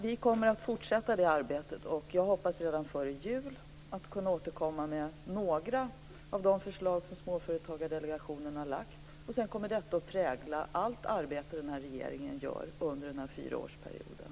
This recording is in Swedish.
Vi kommer att fortsätta arbetet på detta, och jag hoppas att redan före jul kunna återkomma med några av de förslag som Småföretagsdelegationen har lagt fram. Sedan kommer detta att prägla allt det arbete som regeringen utför under fyraårsperioden.